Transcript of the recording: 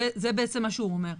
זה בעצם מה שהוא אומר.